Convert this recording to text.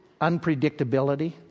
unpredictability